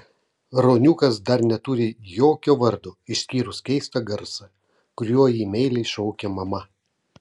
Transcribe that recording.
ruoniukas dar neturi jokio vardo išskyrus keistą garsą kuriuo jį meiliai šaukia mama